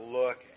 look